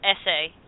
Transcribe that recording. essay